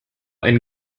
einen